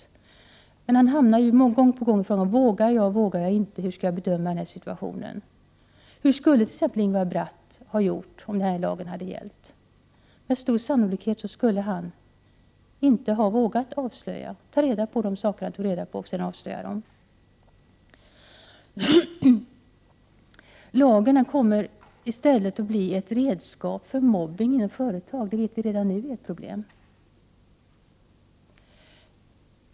Men den anställde hamnar ju ständigt i det läget att han frågar sig: Vågar jag eller vågar jag inte, hur skall jag bedöma situationen? Hur skulle Ingvar Bratt ha gjort om den här lagen hade gällt? Med stor sannolikhet skulle han inte ha vågat ta reda på de saker som han verkligen tog reda på och sedan avslöjade. Lagen kommer nu i stället att bli ett redskap för mobbning inom företag, och vi vet redan nu att detta är ett problem.